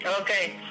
Okay